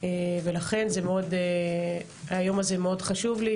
ולכן היום הזה מאוד חשוב לי.